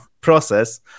process